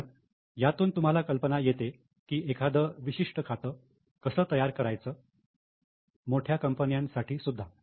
पण यातून तुम्हाला कल्पना येते की एखादं विशिष्ट खातं कसं तयार करायचं मोठ्या कंपनी साठी सुद्धा